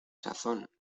sazón